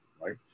right